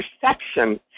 perception